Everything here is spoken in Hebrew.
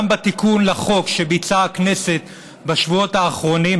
גם בתיקון לחוק שביצעה הכנסת בשבועות האחרונים,